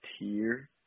tier